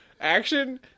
Action